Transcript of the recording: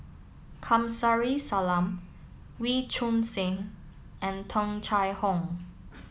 Kamsari Salam Wee Choon Seng and Tung Chye Hong